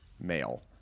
male